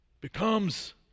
becomes